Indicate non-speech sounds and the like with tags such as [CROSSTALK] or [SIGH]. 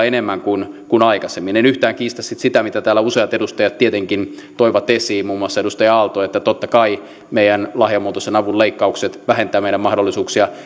[UNINTELLIGIBLE] enemmän kuin kuin aikaisemmin en yhtään kiistä sitten sitä mitä täällä useat edustajat tietenkin toivat esiin muun muassa edustaja aalto että totta kai meidän lahjamuotoisen avun leikkaukset vähentävät meidän mahdollisuuksia [UNINTELLIGIBLE]